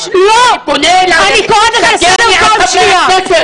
אני פונה אלייך, תגני על חברי הכנסת.